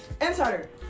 Insider